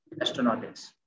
Astronautics